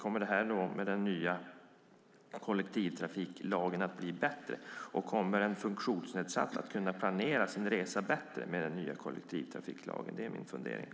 Kommer detta att bli bättre med den nya kollektivtrafiklagen, och kommer en funktionsnedsatt att kunna planera sin resa bättre med den nya kollektivtrafiklagen? Det är mina funderingar.